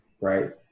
right